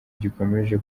gikomeje